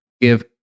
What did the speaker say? give